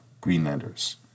Greenlanders